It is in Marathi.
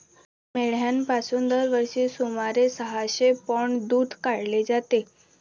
मेंढ्यांपासून दरवर्षी सुमारे सहाशे पौंड दूध काढले जाते